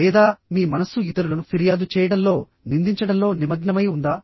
లేదా మీ మనస్సు ఇతరులను ఫిర్యాదు చేయడంలో నిందించడంలో నిమగ్నమై ఉందా